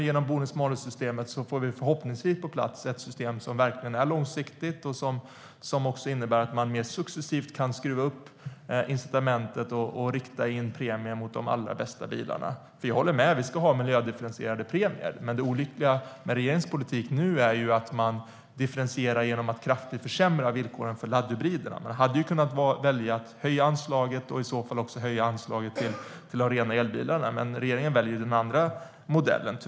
Genom bonus-malus-systemet får vi nu förhoppningsvis ett system som verkligen är långsiktigt och som också innebär att man mer successivt kan skruva upp incitamentet och rikta in premien mot de allra bästa bilarna. Jag håller med om att vi ska ha miljödifferentierade premier. Det olyckliga med regeringens politik är att man differentierar genom att kraftigt försämra villkoren för laddhybriderna. Man hade kunnat välja att höja anslaget och i så fall också höja anslaget till de rena elbilarna. Men regeringen väljer tyvärr den andra modellen.